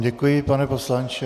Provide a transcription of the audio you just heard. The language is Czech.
Děkuji vám, pane poslanče.